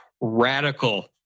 Radical